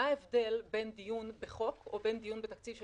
מה ההבדל בין דיון בחוק או בין דיון בתקציב של